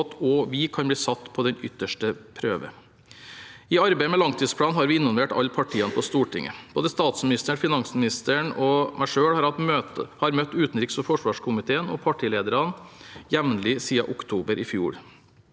også vi kan bli satt på den ytterste prøve. I arbeidet med langtidsplanen har vi involvert alle partiene på Stortinget. Både statsministeren, finansministeren og jeg selv har siden oktober i fjor møtt utenriks- og forsvarskomiteen og partilederne jevnlig. Vi har orientert